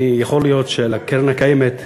יכול להיות שלקרן הקיימת,